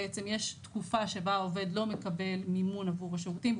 בעצם יש תקופה בשבה העובד לא מקבל מימון עבור השירותים,